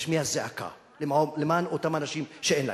להשמיע זעקה למען אותם אנשים שאין להם.